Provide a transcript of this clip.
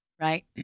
right